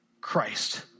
Christ